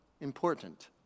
important